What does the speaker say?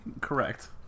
Correct